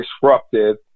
disruptive